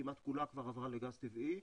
כמעט כולה כבר עברה לגז טבעי.